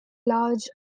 large